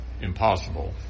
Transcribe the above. impossible